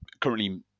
currently